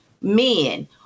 men